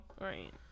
Right